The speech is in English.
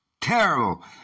Terrible